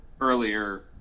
earlier